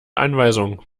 anweisung